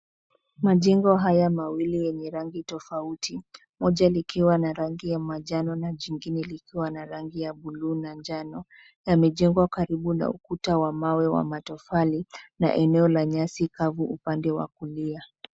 Majengo haya mawili yenye rangi tofauti moja likiwa na rangi ya manjano na jingine likiwa na rangi ya bluu na njano. Yamejengwa karibu na ukuta wa mawe wa matofali na eneo la nyasi kavu upande wa kulia.